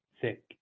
thick